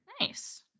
Nice